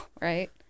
right